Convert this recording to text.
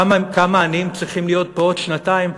כמה עניים צריכים להיות פה עוד שנתיים,